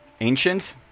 Ancient